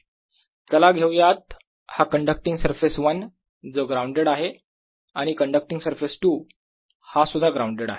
चला घेऊ यात हा कण्डक्टींग सरफेस 1 जो ग्राउंडेड आहे आणि कण्डक्टींग सरफेस 2 हा सुद्धा ग्राउंडेड आहे